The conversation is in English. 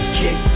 kick